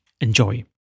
Enjoy